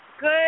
Good